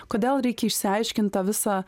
kodėl reikia išsiaiškint tą visą